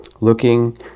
looking